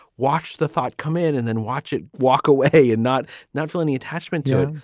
watch the thought come in and then watch it walk away and not natural any attachment to it.